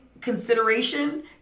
consideration